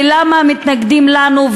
ולמה מתנגדים לנו,